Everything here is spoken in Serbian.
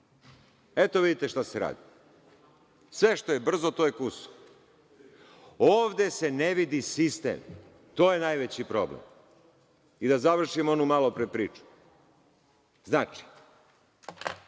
Eto, vidite šta se radi. Sve što je brzo to je kuso. Ovde se ne vidi sistem, to je najveći problem.I da završim onu malopre priču. Znači,